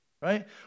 Right